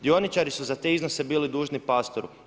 Dioničari su za te iznose bili dužni Pastoru.